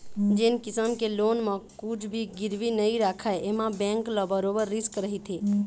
जेन किसम के लोन म कुछ भी गिरवी नइ राखय एमा बेंक ल बरोबर रिस्क रहिथे